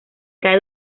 cae